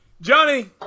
Johnny